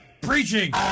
preaching